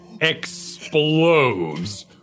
explodes